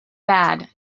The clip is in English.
bad